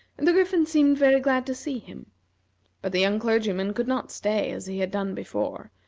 and the griffin seemed very glad to see him but the young clergyman could not stay as he had done before,